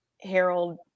Harold